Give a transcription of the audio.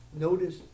Notice